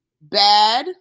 bad